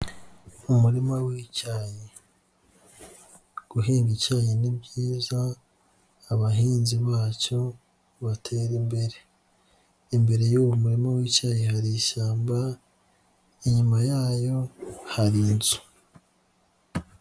Umurima w'icyayi. Guhinga icyayi ni byiza abahinzi bacyo baterare imbere. Imbere y'uwo murima w'icyatsi hari ishyamba, inyuma yayo hari inzu.